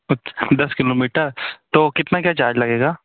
अच्छ दस किलोमीटर तो कितना क्या चार्ज लगेगा